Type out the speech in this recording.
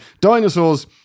dinosaurs